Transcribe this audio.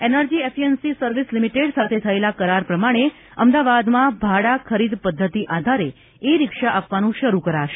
energy efficiency service limited સાથે થયેલા કરાર પ્રમાણે અમદાવાદમાં ભાડા ખરીદ પદ્ધતિ આધારે ઇ રીક્ષા આપવાનું શરૂ કરાશે